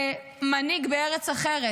למנהיג בארץ אחרת.